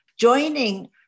Joining